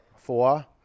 Four